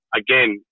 again